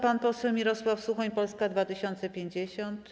Pan poseł Mirosław Suchoń, Polska 2050.